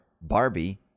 Barbie